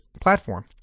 platform